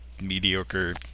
mediocre